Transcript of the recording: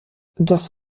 das